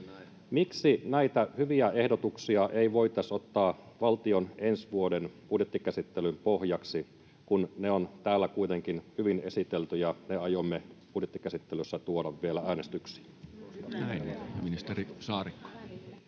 Miksi näitä hyviä ehdotuksia ei voitaisi ottaa valtion ensi vuoden budjettikäsittelyn pohjaksi, kun ne on täällä kuitenkin hyvin esitelty ja ne aiomme budjettikäsittelyssä tuoda vielä äänestyksiin?